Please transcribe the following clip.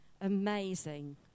amazing